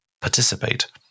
participate